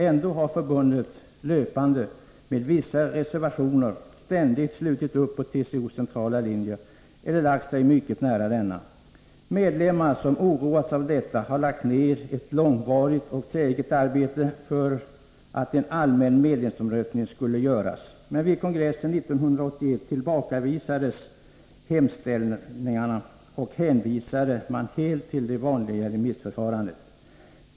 Ändå har förbundet löpande, med vissa reservationer, ständigt slutit upp på TCO:s centrala linje eller lagt sig mycket nära denna. Medlemmar som oroats av detta har lagt ner ett långvarigt och träget arbete för att en allmän medlemsomröstning skulle göras. Men vid kongressen 1981 tillbakavisades hemställningarna, och man hänvisade helt till det vanliga remissförfarandet.